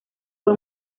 fue